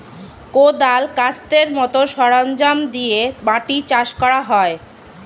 কোদাল, কাস্তের মত সরঞ্জাম দিয়ে মাটি চাষ করা হয়